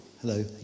Hello